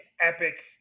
epic